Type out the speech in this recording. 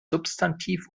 substantiv